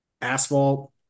asphalt